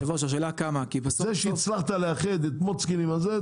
זה שהצלחת לאחד את מוצקין עם הזה,